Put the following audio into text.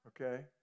Okay